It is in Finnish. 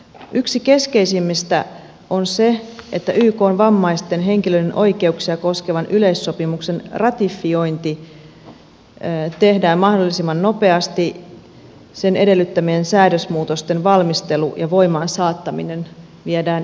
yksi keskeisimmistä on se että ykn vammaisten henkilöiden oikeuksia koskevan yleissopimuksen ratifiointi tehdään mahdollisimman nopeasti sen edellyttämien säädösmuutosten valmistelu ja voimaan saattaminen viedään eteenpäin